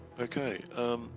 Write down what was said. Okay